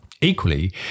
Equally